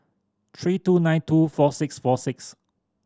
three two nine two four six four six